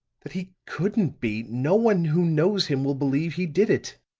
that he couldn't be! no one who knows him will believe he did it.